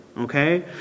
okay